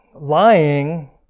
Lying